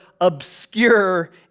obscure